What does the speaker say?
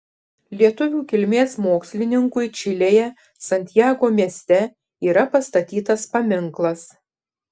lietuvių kilmės mokslininkui čilėje santjago mieste yra pastatytas paminklas